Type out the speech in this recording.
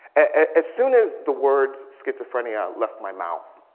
as soon as the words schizophrenia left my mouth,